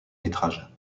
métrage